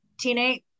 teenage